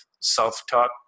self-taught